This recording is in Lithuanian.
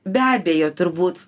be abejo turbūt